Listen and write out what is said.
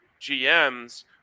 GMs